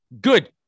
good